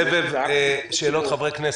סבב שאלות של חברי הכנסת,